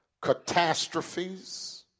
catastrophes